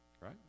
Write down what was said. Right